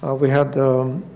ah we had the